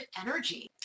energy